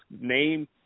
name